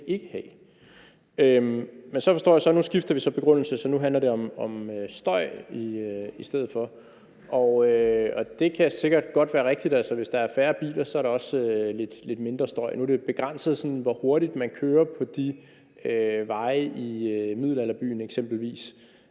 Jeg kan forstå, at man så nu skifter begrundelse, for nu handler det i stedet for om støj. Det kan sikkert godt være rigtigt; hvis der er færre biler, er der også lidt mindre støj. Nu er det begrænset, hvor hurtigt man kører på de veje i middelalderbyen, f.eks. Hvis